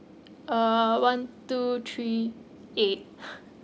uh one two three eight